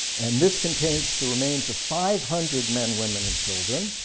and this contains the remains of five hundred men, women, and children.